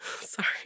Sorry